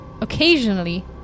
occasionally